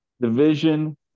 division